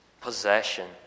possession